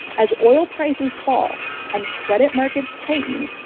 as oil prices fall and credit markets tighten,